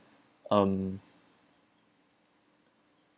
um